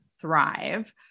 Thrive